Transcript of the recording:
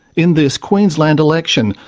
in this queensland election,